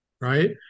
right